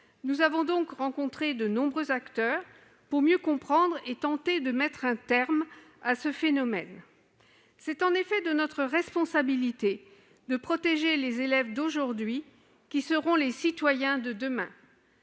Nous avons donc rencontré de nombreux acteurs pour mieux comprendre et tenter de mettre un terme à ce phénomène. Il est en effet de notre responsabilité de protéger les élèves d'aujourd'hui, qui seront les citoyens de demain.